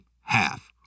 Half